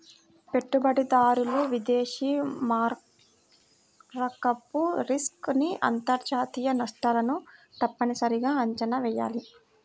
పెట్టుబడిదారులు విదేశీ మారకపు రిస్క్ ని అంతర్జాతీయ నష్టాలను తప్పనిసరిగా అంచనా వెయ్యాలి